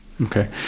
okay